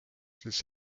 siis